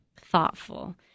thoughtful